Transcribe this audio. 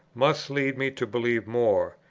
must lead me to believe more,